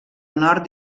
nord